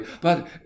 But